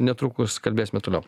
netrukus kalbėsime toliau